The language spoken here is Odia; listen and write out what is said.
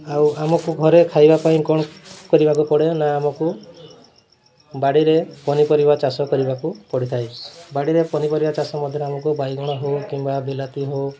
ଆଉ ଆମକୁ ଘରେ ଖାଇବା ପାଇଁ କ'ଣ କରିବାକୁ ପଡ଼େ ନା ଆମକୁ ବାଡ଼ିରେ ପନିପରିବା ଚାଷ କରିବାକୁ ପଡ଼ିଥାଏ ବାଡ଼ିରେ ପନିପରିବା ଚାଷ ମଧ୍ୟରେ ଆମକୁ ବାଇଗଣ ହଉ କିମ୍ବା ବିଲାତି ହଉ